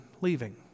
leaving